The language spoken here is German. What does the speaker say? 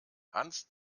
hans